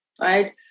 Right